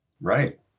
Right